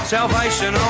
Salvation